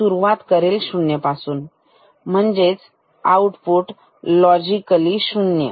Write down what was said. तर हा सुरुवात करेल शून्यापासून सगळेच आउटपुट लॉजिकली शून्य